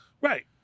Right